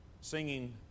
singing